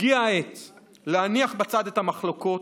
הגיעה העת להניח בצד את המחלוקות,